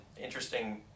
interesting